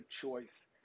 choice